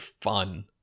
fun